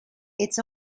its